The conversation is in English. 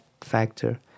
factor